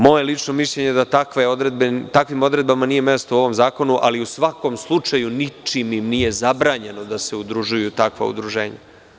Moje lično mišljenje je da takvim odredbama nije mesto u ovom zakonu, ali u svakom slučaju ničim im nije zabranjeno da se udružuju u takva udruženja.